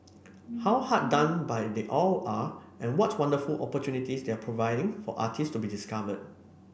how hard done by they all are and what wonderful opportunities they're providing for artists to be discovered